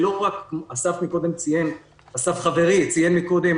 אסף וסרצוג ציין קודם